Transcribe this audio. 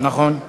נכון.